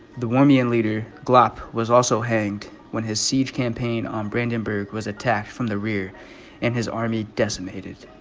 the war mian leader glop was also hanged when his siege campaign on brandenburg was attacked from the rear and his army decimated